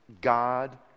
God